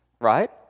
Right